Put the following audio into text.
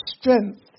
strength